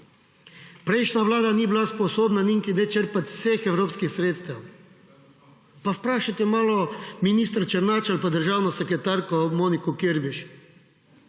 Prejšnja vlada ni bila sposobna niti črpat vseh evropskih sredstev. Pa vprašajte malo ministra Černača ali pa državno sekretarko Moniko Kirbiš,